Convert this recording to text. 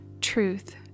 truth